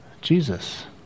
Jesus